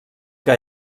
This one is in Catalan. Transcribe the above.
que